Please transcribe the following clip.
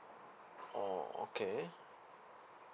orh okay